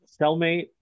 cellmate